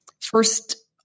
first